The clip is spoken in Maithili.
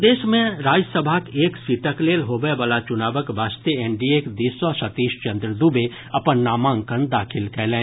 प्रदेश मे राज्यसभाक एक सीटक लेल होबय वला चुनावक वास्ते एनडीएक दिस सॅ सतीश चन्द्र दूबे अपन नामांकन दाखिल कयलनि